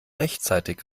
rechtzeitig